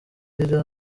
yari